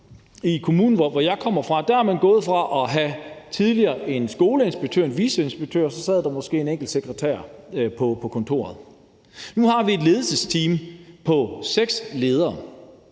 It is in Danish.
I kommunen, hvor jeg kommer fra, er man gået fra tidligere at have en skoleinspektør og en viceinspektør, og så sad der måske en enkelt sekretær på kontoret. Nu har vi et ledelsesteam på seks ledere,